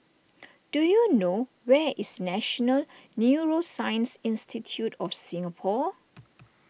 do you know where is National Neuroscience Institute of Singapore